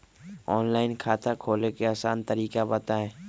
Online खाता खोले के आसान तरीका बताए?